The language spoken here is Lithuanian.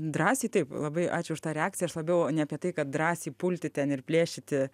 drąsiai taip labai ačiū už tą reakciją aš labiau ne apie tai kad drąsiai pulti ten ir plėšyti